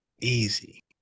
Easy